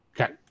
Okay